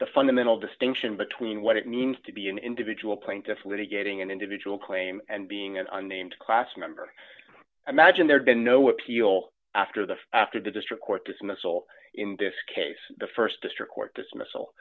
the fundamental distinction between what it means to be an individual plaintiff litigating an individual claim and being an unnamed class member imagine there'd been no appeal after the after the district court dismissal in this case the st district court dismiss